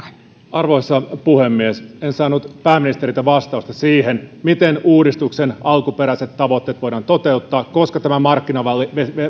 arvoisa puhemies en saanut pääministeriltä vastausta siihen miten uudistuksen alkuperäiset tavoitteet voidaan toteuttaa koska tämä markkinamalli